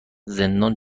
زندان